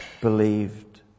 believed